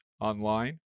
online